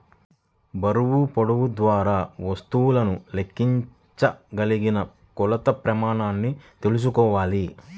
బరువు, పొడవు ద్వారా వస్తువులను లెక్కించగలిగిన కొలత ప్రమాణాన్ని తెల్సుకోవాలి